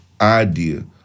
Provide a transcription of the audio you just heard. idea